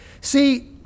See